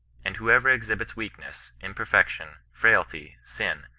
and whoever exhibits weakness, imperfec tion, frailty, sin,